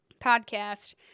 podcast